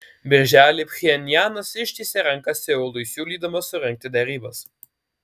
birželį pchenjanas ištiesė ranką seului siūlydamas surengti derybas